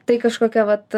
tai kažkokia vat